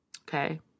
okay